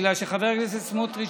בגלל שחבר הכנסת סמוטריץ',